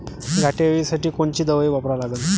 घाटे अळी साठी कोनची दवाई वापरा लागन?